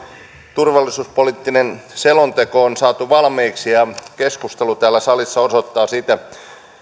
turvallisuuspoliittinen selonteko on saatu valmiiksi ja keskustelu täällä salissa osoittaa sitä